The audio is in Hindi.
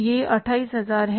यह 28 हजार है